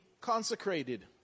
consecrated